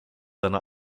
seine